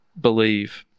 believe